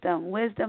wisdom